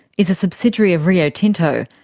is a subsidiary of rio tinto,